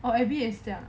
oh abby 也是这样